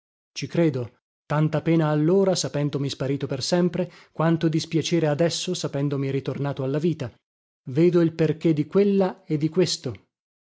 ci credo tanta pena allora sapendomi sparito per sempre quanto dispiacere adesso sapendomi ritornato alla vita vedo il perché di quella e di questo